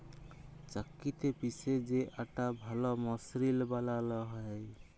চাক্কিতে পিসে যে আটা ভাল মসৃল বালাল হ্যয়